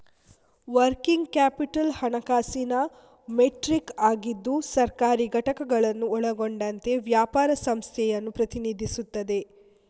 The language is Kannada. ವರ್ಕಿಂಗ್ ಕ್ಯಾಪಿಟಲ್ ಹಣಕಾಸಿನ ಮೆಟ್ರಿಕ್ ಆಗಿದ್ದು ಸರ್ಕಾರಿ ಘಟಕಗಳನ್ನು ಒಳಗೊಂಡಂತೆ ವ್ಯಾಪಾರ ಸಂಸ್ಥೆಯನ್ನು ಪ್ರತಿನಿಧಿಸುತ್ತದೆ